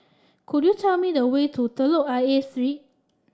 could you tell me the way to Telok Ayer Street